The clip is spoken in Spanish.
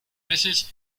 meses